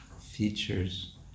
features